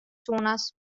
suunas